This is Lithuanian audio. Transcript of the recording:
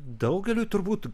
daugeliui turbūt